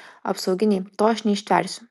apsauginiai to aš neištversiu